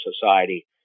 Society